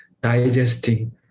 digesting